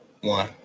one